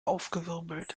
aufgewirbelt